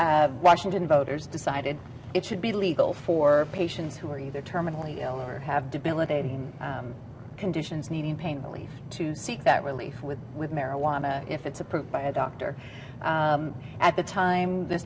eight washington voters decided it should be legal for patients who are either terminally ill or have debilitating conditions needing pain relief to seek that relief with with marijuana if it's approved by a doctor at the time the